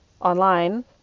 online